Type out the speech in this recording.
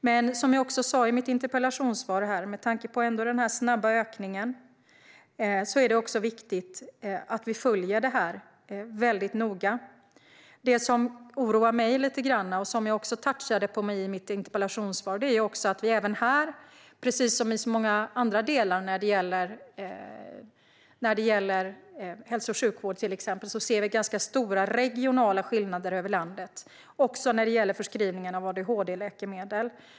Men, som jag också sa i svaret, med tanke på den snabba ökningen är det viktigt att vi följer detta noga. Det som oroar mig och som jag också berörde i svaret är att vi även här, precis som i så många andra delar av hälso och sjukvården, ser ganska stora regionala skillnader över landet, också när det gäller förskrivningen av adhd-läkemedel.